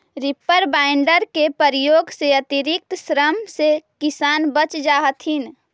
reaper binder के प्रयोग से अतिरिक्त श्रम से किसान बच जा हथिन